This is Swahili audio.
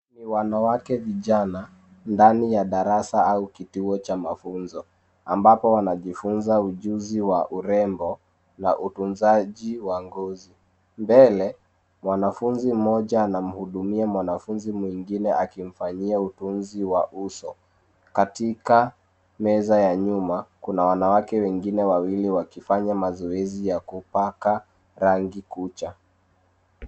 Ni wanawake vijana ndani ya darasa au kituo cha mafunzo ambapo wanajifunza ujuzi wa urembo na utunzaji wa ngozi. Mbele mwanafunzi mmoja anamhudumia mwanafunzi mwingine akimfanyia utunzi wa uso. Katika meza ya nyuma kuna wanawake wengine wawili wakifanya mazoezi ya kupaka rangi kucha.